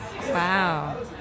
Wow